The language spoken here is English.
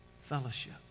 fellowship